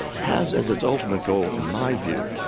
has as its ultimate goal, in my view,